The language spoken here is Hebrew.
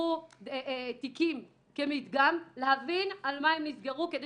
ייקחו תיקים כמדגם להבין על מה הם נסגרו כדי